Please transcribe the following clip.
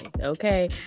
okay